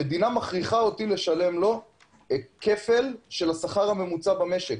המדינה מכריחה אותי לשלם לו כפל של השכר הממוצע במשק,